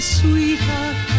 sweetheart